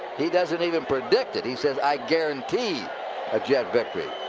he doesn't even predict it. he says, i guarantee a jet victory.